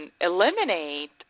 eliminate